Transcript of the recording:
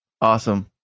Awesome